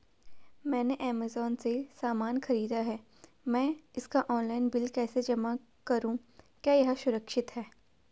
मैंने ऐमज़ान से सामान खरीदा है मैं इसका ऑनलाइन बिल कैसे जमा करूँ क्या यह सुरक्षित है?